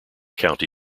county